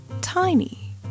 tiny